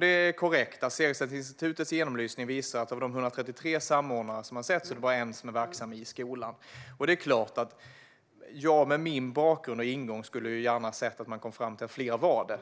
Det är korrekt att Segerstedtinstitutets genomlysning visar att det av de 133 samordnare man har sett bara är en som är verksam i skolan. Det är klart att jag med min bakgrund gärna skulle ha sett att man kommit fram till att fler var det.